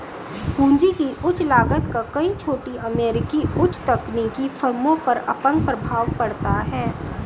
पूंजी की उच्च लागत का कई छोटी अमेरिकी उच्च तकनीकी फर्मों पर अपंग प्रभाव पड़ता है